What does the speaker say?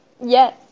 Yes